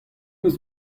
eus